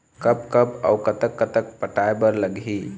कब कब अऊ कतक कतक पटाए बर लगही